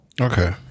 Okay